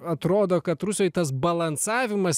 atrodo kad rusijoj tas balansavimas